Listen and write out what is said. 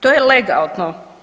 To je legalno.